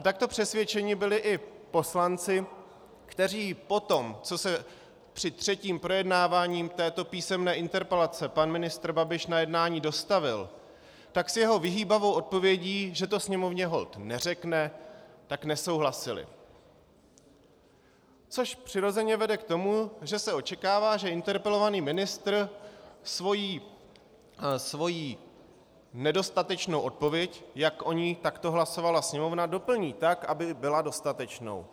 Takto přesvědčeni byli i poslanci, kteří potom, co se při třetím projednávání této písemné interpelace pan ministr Babiš na jednání dostavil, tak s jeho vyhýbavou odpovědí, že to Sněmovně holt neřekne, nesouhlasili, což přirozeně vede k tomu, že se očekává, že interpelovaný ministr svoji nedostatečnou odpověď, jak o ní takto hlasovala Sněmovna, doplní tak, aby byla dostatečnou.